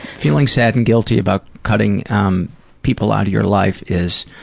feeling sad and guilty about cutting um people out of your life is,